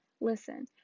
Listen